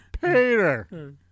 Peter